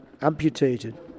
amputated